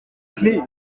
clef